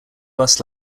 bus